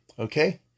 Okay